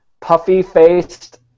puffy-faced